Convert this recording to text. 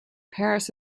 paris